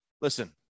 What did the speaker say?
Listen